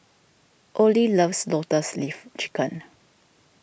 Ollie loves Lotus Leaf Chicken